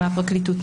מהפרקליטות,